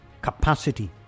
capacity